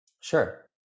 Sure